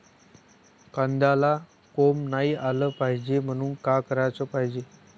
कांद्याला कोंब नाई आलं पायजे म्हनून का कराच पायजे?